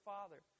Father